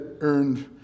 earned